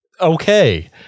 Okay